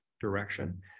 direction